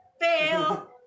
Fail